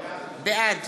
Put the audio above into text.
בעד